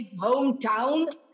hometown